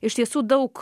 iš tiesų daug